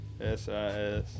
S-I-S